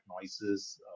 noises